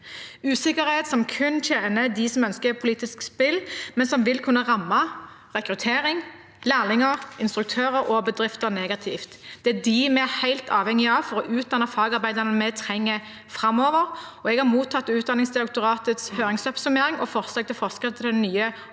usikkerhet som kun tjener dem som ønsker politisk spill, men som vil kunne ramme rekruttering, lærlinger, instruktører og bedrifter negativt. Det er de vi er helt avhengige av for å utdanne fagarbeiderne vi trenger framover. Jeg har mottatt Utdanningsdirektoratets høringsoppsummering og forslag til forskrift til den nye